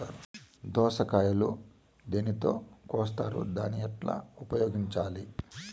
దోస కాయలు దేనితో కోస్తారు దాన్ని ఎట్లా ఉపయోగించాలి?